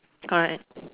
correct